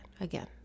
Again